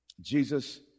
Jesus